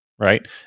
right